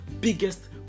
biggest